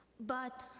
but,